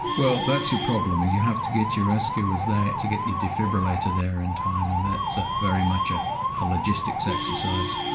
well that's your problem. and you have to get your rescuers there to get the defibrillator there in time, and that's ah very much a ah logistics exercise.